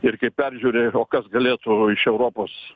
ir kaip peržiūrėjo o kas galėtų iš europos